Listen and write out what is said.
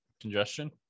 congestion